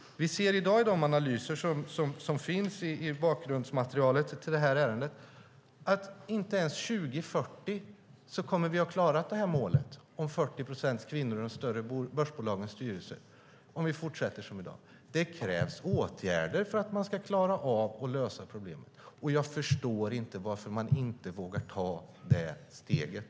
Vi ser i dag i de analyser som finns i bakgrundsmaterialet till ärendet att vi inte ens till år 2040 kommer att klara målet om 40 procent kvinnor i de större börsbolagens styrelser om vi fortsätter som i dag. Det krävs åtgärder för att man ska klara av att lösa problemen. Jag förstår inte varför man inte vågar ta det steget.